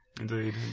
Indeed